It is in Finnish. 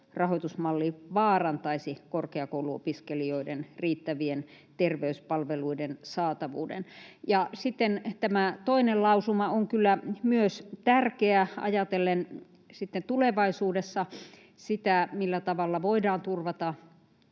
rahoitusmalli vaarantaisi korkeakouluopiskelijoiden riittävien terveyspalveluiden saatavuuden. Ja sitten tämä toinen lausuma on kyllä myös tärkeä ajatellen tulevaisuudessa sitä, millä tavalla voidaan turvata